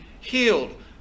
healed